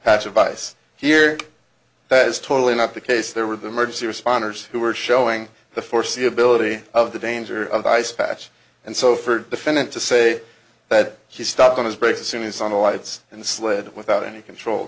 hatch advice here that is totally not the case there were the emergency responders who were showing the foreseeability of the danger of ice patch and so for defendant to say that he stopped on his brakes as soon as on the lights in the sled without any control